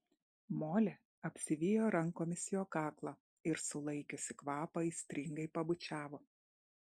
molė apsivijo rankomis jo kaklą ir sulaikiusi kvapą aistringai pabučiavo